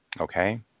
Okay